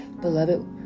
beloved